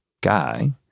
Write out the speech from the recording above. guy